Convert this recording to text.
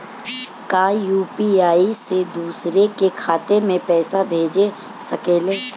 का यू.पी.आई से दूसरे के खाते में पैसा भेज सकी ले?